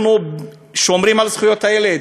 אנחנו שומרים על זכויות הילד,